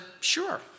sure